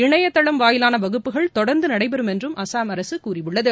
இணையதளம் வாயிலான வகுப்புகள் தொடர்ந்து நடைபெறும் என்றும் அசாம் அரசு தெரிவித்துள்ளது